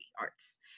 arts